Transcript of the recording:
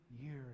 years